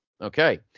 okay